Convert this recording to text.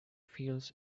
fields